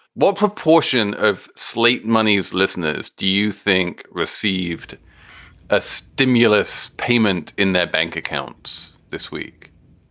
what proportion of slate money's listeners do you think received a stimulus payment in their bank accounts this week?